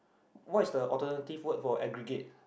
what is the alternative word for aggregate